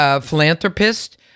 philanthropist